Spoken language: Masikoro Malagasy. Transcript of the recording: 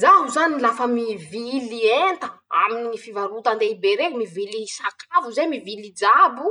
Zaho zany lafa mivily enta, aminy fivarotan-dehibe reñy, mivily sakafo zay, mivily jabo,